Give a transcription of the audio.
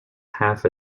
half